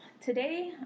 today